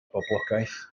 boblogaeth